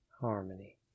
Harmony